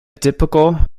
typical